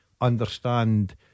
understand